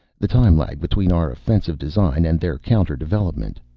the time lag between our offensive design and their counter development.